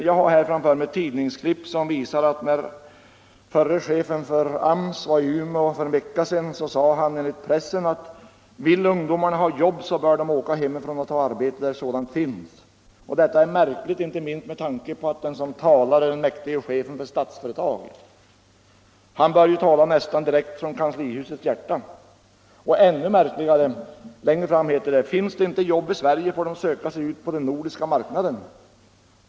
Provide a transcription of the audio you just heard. Jag har framför mig tidningsklipp som visar att när förre chefen för AMS var i Umeå för en vecka sedan sade han att om ungdomarna vill ha jobb bör de åka hemifrån och ta arbete där sådant finns. Detta är märkligt inte minst med tanke på att den som talar är den mäktige chefen för Statsföretag. Han bör ju tala nästan direkt från kanslihusets hjärta. Ännu märkligare är att längre fram heter det att finns det inget jobb i Sverige får de söka sig ut på den nordiska marknaden.